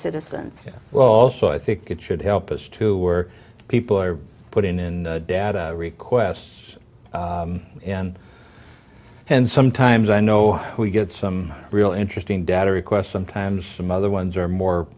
citizens well so i think it should help us to where people are put in data requests and and sometimes i know we get some real interesting data requests sometimes some other ones are more